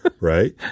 right